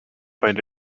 find